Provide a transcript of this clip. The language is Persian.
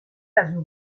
ازاو